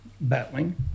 battling